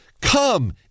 Come